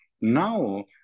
now